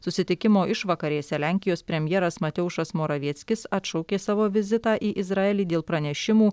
susitikimo išvakarėse lenkijos premjeras mateušas moravieckis atšaukė savo vizitą į izraelį dėl pranešimų